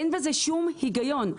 אין בזה שום היגיון.